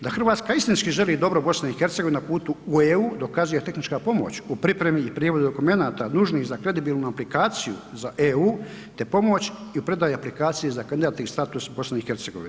Da Hrvatska istinski želi dobro BiH na putu u EU dokazuje tehnička pomoć u pripremi i prijevodu dokumenata nužnih za kredibilnu aplikaciju za EU, te pomoć i predaja aplikacije za kandidatni status BiH.